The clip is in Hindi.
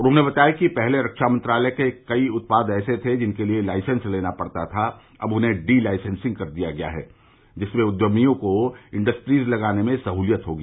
उन्होंने बताया कि पहले रक्षा मंत्रालय के कई उत्पाद ऐसे थे जिनके लिए लाइसेंस लेना पड़ता था अब उन्हें डी लाइसेंसिंग कर दिया है जिससे उद्यमियों को इंडस्ट्रीज लगाने में सहलियत होगी